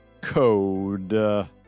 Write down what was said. Code